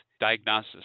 diagnosis